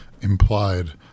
implied